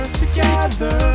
together